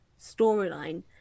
storyline